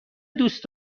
دوست